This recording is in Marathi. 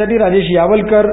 सोलापूर